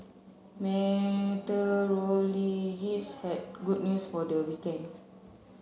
meteorologists had good news for the weekend